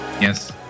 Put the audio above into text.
Yes